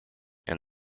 and